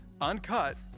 uncut